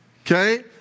Okay